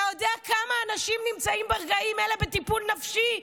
אתה יודע כמה אנשים נמצאים ברגעים האלה בטיפול נפשי?